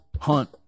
Hunt